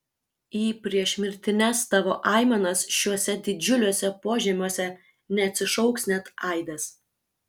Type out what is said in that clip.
į priešmirtines tavo aimanas šiuose didžiuliuose požemiuose neatsišauks net aidas